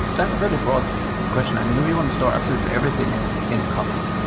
that's a bit of broad question. i mean, we want to start absolutely everything and in kafka,